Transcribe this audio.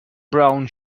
brown